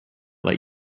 let